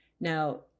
Now